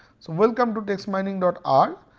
so welcome to text mining dot r.